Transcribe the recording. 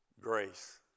grace